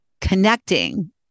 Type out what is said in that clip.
connecting